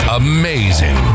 amazing